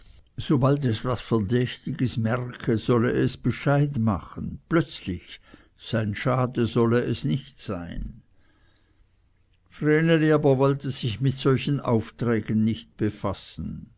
sobald es was verdächtiges merke solle es bescheid machen plötzlich sein schade solle es nicht sein vreneli aber wollte sich mit solchen aufträgen nicht befassen